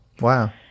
Wow